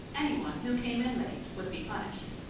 anyone who came in late would be punished.